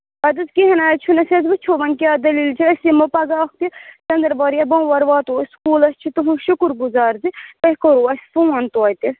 اَدٕ حظ کِہیٖنٛۍ حظ چھُنہٕ أسۍ حظ وُچھو وۅنۍ کیٛاہ دٔلیٖل چھِ أسۍ یِمو پگاہ اکھتُے ژٔنٛدر وارِ یا بوٚموارِ واتو أسۍ سکوٗل أسۍ أسۍ چھِ تُہٕنٛدۍ شُکُر گُزار تہِ تۅہہِ کوٚروٕ اَسہِ فون توتہِ